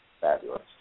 fabulous